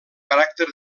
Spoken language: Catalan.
caràcter